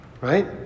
right